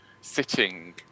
sitting